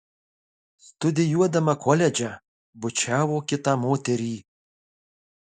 studijuodama koledže bučiavo kitą moterį